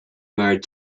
married